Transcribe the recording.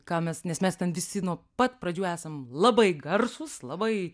ką mes nes mes ten visi nuo pat pradžių esam labai garsūs labai